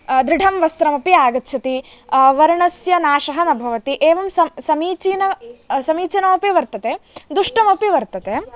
दृढं वस्त्रमपि आगच्छति वर्णस्य नाशः न भवति एवं सं समीचीनं समीचीनमपि वर्तते दुष्टमपि वर्तते